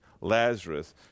Lazarus